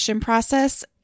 process